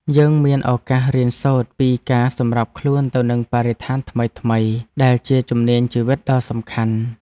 យើងមានឱកាសរៀនសូត្រពីការសម្របខ្លួនទៅនឹងបរិស្ថានថ្មីៗ ដែលជាជំនាញជីវិតដ៏សំខាន់។